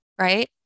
right